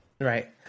Right